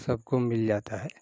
सब को मिल जाता है